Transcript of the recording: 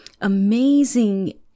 amazing